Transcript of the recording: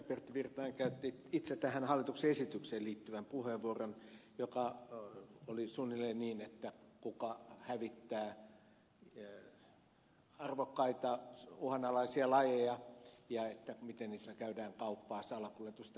pertti virtanen käytti itse tähän hallituksen esitykseen liittyvän puheenvuoron joka oli suunnilleen niin että kuka hävittää arvokkaita uhanalaisia lajeja ja miten niistä käydään kauppaa salakuljetusta